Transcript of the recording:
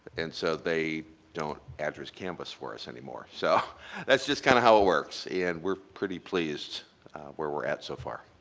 and so they don't address canvas for us anymore. so that's just kind of how it works and we're pretty pleased where we're at so far.